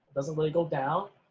doesn't really go down